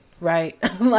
Right